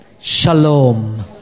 shalom